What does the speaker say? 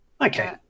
Okay